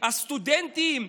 הסטודנטים,